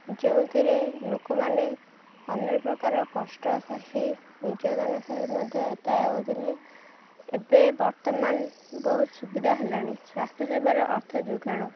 ଯେଉଁଥିରେ ଲୋକମାନେ ଅନେକ ପ୍ରକାର କଷ୍ଟ ସହି ନିର୍ଯାତନା ସହି ମଧ୍ୟ ଏତା ହେଉଥିଲେ ଏବେ ବର୍ତ୍ତମାନ ବହୁତ ସୁବିଧା ହେଲାଣି ସ୍ୱାସ୍ଥ୍ୟ ସେବାର ଅର୍ଥ ଯୋଗାଣ